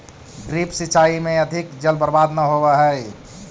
drip सिंचाई में अधिक जल बर्बाद न होवऽ हइ